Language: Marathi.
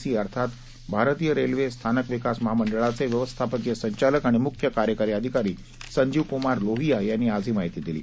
सी अर्थात भारतीय रख्खि स्थानक विकास महामंडळाचव्यिवस्थापकीय संचालक आणि मुख्य कार्यकारी अधिकारी संजीव कुमार लोहिया यांनी आज ही माहिती दिली